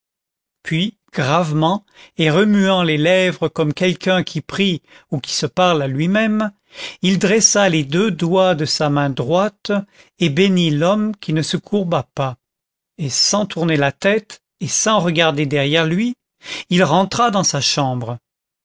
puis gravement et remuant les lèvres comme quelqu'un qui prie ou qui se parle à lui-même il dressa les deux doigts de sa main droite et bénit l'homme qui ne se courba pas et sans tourner la tête et sans regarder derrière lui il rentra dans sa chambre